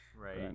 Right